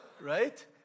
Right